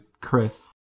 Chris